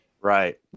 Right